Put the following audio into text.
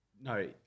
No